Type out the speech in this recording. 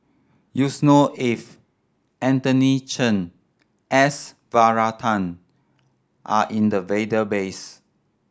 Yusnor Ef Anthony Chen S Varathan are in the database